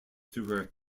through